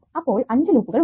അപ്പോൾ 5 ലൂപ്പുകൾ ഉണ്ട്